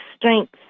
Strength's